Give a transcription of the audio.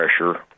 pressure